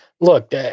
look